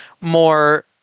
more